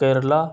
Kerala